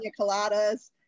coladas